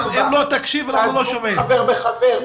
תעזרו חבר בחבר.